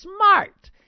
smart